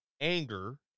anger